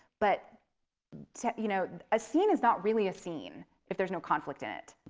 but you know a scene is not really a scene if there's no conflict in it.